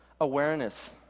awareness